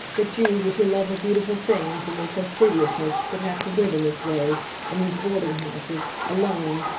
that you, with your love of beautiful things, and your fastidiousness, should have to live in this way in these boarding-houses, alone,